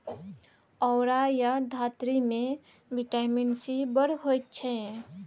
औरा या धातृ मे बिटामिन सी बड़ होइ छै